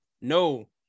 No